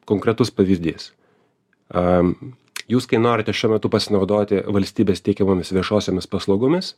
konkretus pavyzdys a jūs kai norite šiuo metu pasinaudoti valstybės teikiamomis viešosiomis paslaugomis